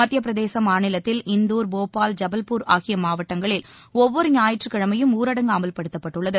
மத்தியப்பிரதேச மாநிலத்தில் இந்தூர் போபால் ஜபல்பூர் ஆகிய மாவட்டங்களில் ஒவ்வொரு ஞாயிற்றுக்கிழமையும் ஊரடங்கு அமல்படுத்தப்பட்டுள்ளது